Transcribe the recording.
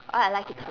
oh I like it too